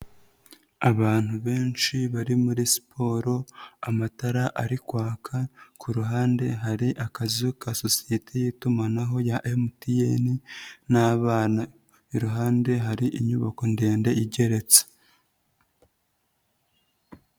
Abantu benshi bari muri siporo, amatara ari kwaka, ku ruhande hari akazu ka sosiyete y'itumanaho ya MTN n'abana, iruhande hari inyubako ndende igeretse.